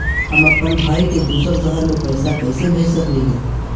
हम अप्पन भाई के दूसर शहर में पैसा कैसे भेज सकली हे?